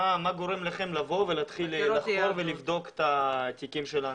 מה גורם לכם לבוא ולהתחיל לחקור ולבדוק את התיקים של האנשים?